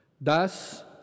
Thus